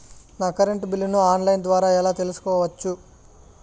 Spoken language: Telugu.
నా కరెంటు బిల్లులను ఆన్ లైను ద్వారా ఎలా తెలుసుకోవచ్చు?